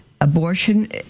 abortion